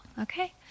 okay